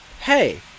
hey